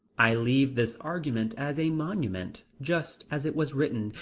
i leave this argument as a monument, just as it was written,